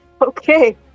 Okay